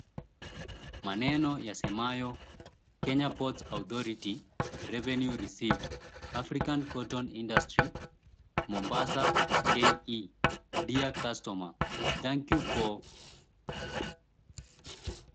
Maneno yasemayo, Kenya Ports Authority Revenue Received African Cotton Industry Mombasa K.E. Dear Customer, Thank You For.